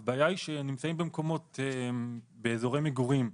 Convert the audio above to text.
וגם לגבי ההשפעות החיוביות של חשיפה לשקט בשטחים הפתוחים,